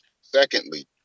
Secondly